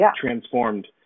transformed